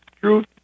truth